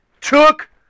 took